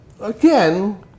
again